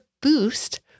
boost